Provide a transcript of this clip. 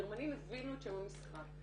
הגרמנים הבינו את שם המשחק.